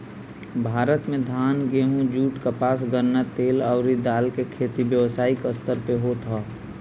भारत में धान, गेंहू, जुट, कपास, गन्ना, तेल अउरी दाल के खेती व्यावसायिक स्तर पे होत ह